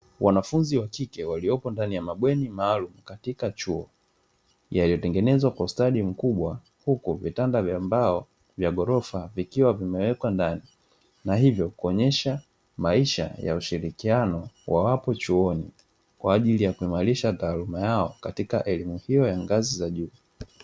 Mwanafunzi wa kike, waliopo ndani ya mabweni maalumu katika chuo yaliyotengenezwa kwa ustadi mkubwa, huku vitanda vya mbao vya gorofa vikiwa vimewekwa ndani, na hivyo kuonyesha maisha ya ushirikiano wawapo chuoni, kwa ajili ya kuimarisha taaluma yao katika elimu hiyo ya ngazi za juu.